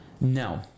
No